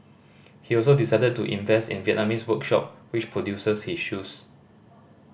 he also decided to invest in Vietnamese workshop which produces his shoes